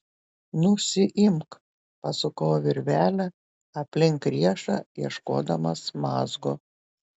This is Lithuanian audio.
nusiimk pasukau virvelę aplink riešą ieškodamas mazgo